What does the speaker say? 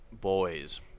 Boys